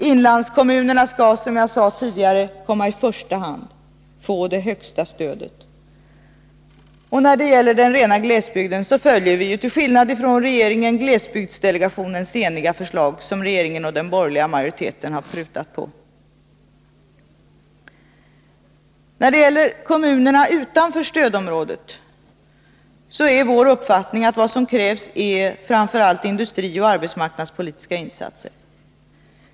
Inlandskommunerna skall, som jag sade tidigare, komma i första hand — få det högsta stödet. Och när det gäller den rena glesbygden så följer vi ju, till skillnad från regeringen, glesbygdsdelegationens eniga förslag, som regeringen och den borgerliga majoriteten har prutat på. När det gäller kommunerna utanför stödområdet, är vår uppfattning att det som krävs framför allt är industrioch arbetsmarknadspolitiska insatser.